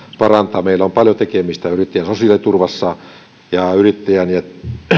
parantaa meillä on paljon tekemistä yrittäjän sosiaaliturvassa yrittäjyyden ja